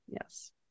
Yes